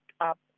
up